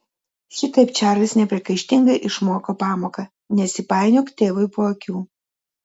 šitaip čarlis nepriekaištingai išmoko pamoką nesipainiok tėvui po akių